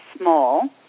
small